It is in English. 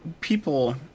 people